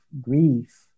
grief